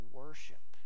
worship